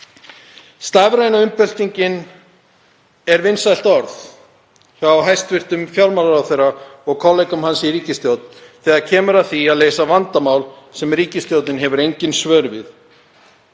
Stafræna umbyltingin er vinsælt orð hjá hæstv. fjármálaráðherra og kollegum hans í ríkisstjórn þegar kemur að því að leysa vandamál sem ríkisstjórnin hefur engin svör við.